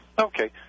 okay